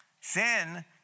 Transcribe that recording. Sin